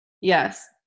Yes